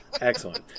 Excellent